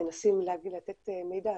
מנסים לתת מידע.